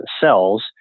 cells